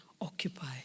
occupy